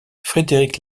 frédéric